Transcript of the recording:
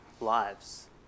lives